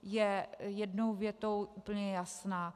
Je jednou větou úplně jasná.